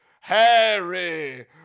Harry